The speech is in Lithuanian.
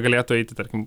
galėtų eiti tarkim